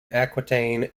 aquitaine